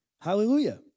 Hallelujah